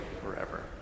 forever